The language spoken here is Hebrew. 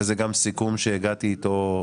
וזה גם סיכום אליו הגעתי עם האוצר.